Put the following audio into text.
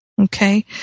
Okay